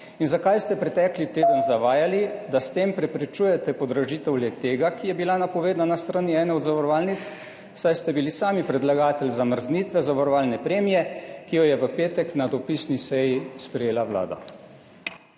Zakaj ste pretekli teden zavajali, da s tem preprečujete podražitev le-tega, ki je bila napovedana s strani ene od zavarovalnic, saj ste bili sami predlagatelj zamrznitve zavarovalne premije, ki jo je v petek na dopisni seji sprejela Vlada?